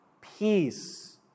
peace